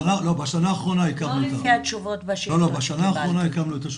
לא, בשנה האחרונה הקמנו אותם.